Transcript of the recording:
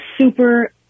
super